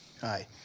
Hi